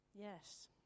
Yes